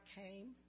came